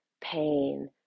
pain